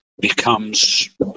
becomes